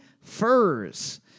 furs